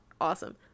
Awesome